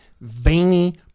veiny